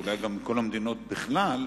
אולי גם מכל המדינות בכלל,